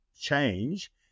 change